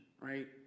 right